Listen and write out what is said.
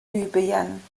libyen